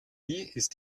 ist